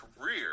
career